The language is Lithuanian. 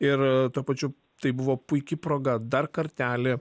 ir tuo pačiu tai buvo puiki proga dar kartelį